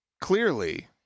clearly